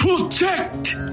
Protect